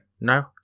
No